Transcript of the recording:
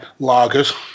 lagers